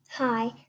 Hi